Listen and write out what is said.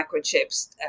microchips